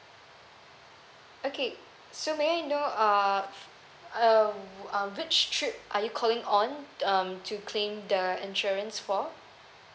okay so may I know uh uh uh which trip are you calling on um to claim the insurance for